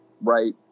right